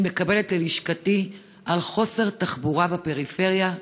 מקבלת ללשכתי על חוסר תחבורה בפריפריה,